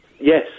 Yes